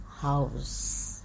house